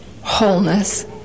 wholeness